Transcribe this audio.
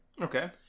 Okay